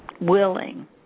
willing